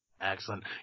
Excellent